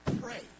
pray